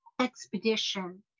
expedition